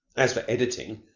as for editing,